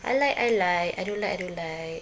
I like I like I don't like I don't like